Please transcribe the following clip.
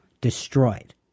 destroyed